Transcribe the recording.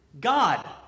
God